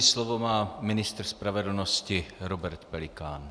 Slovo má ministr spravedlnosti Robert Pelikán.